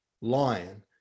lion